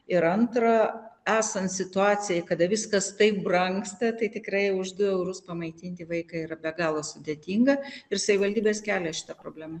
ir antra esant situacijai kada viskas taip brangsta tai tikrai už du eurus pamaitinti vaiką yra be galo sudėtinga ir savivaldybės kelia šitą problemą